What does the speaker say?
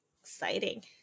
Exciting